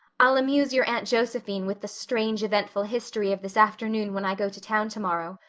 i'll amuse your aunt josephine with the strange eventful history of this afternoon when i go to town tomorrow.